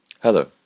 Hello